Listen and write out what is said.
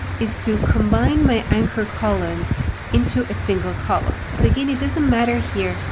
is to combine my anchor columns into a single column. so again, it doesn't matter here,